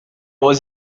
was